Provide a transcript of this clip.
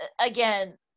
again